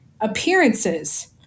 appearances